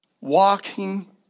Walking